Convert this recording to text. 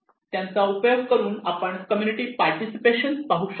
त्यांचा उपयोग करून आपण कम्युनिटी पार्टिसिपेशन पाहू शकतो